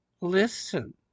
listen